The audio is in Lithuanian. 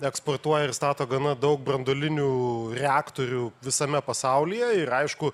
eksportuoja ir stato gana daug branduolinių reaktorių visame pasaulyje ir aišku